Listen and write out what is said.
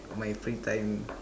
my free time